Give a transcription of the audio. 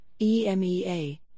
EMEA